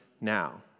now